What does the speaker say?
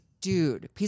Dude